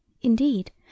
Indeed